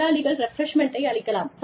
முதலாளிகள் ரெஃப்ரெஷ்மெண்ட்டை அளிக்கலாம்